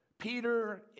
Peter